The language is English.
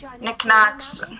knickknacks